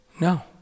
No